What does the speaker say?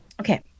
Okay